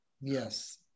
Yes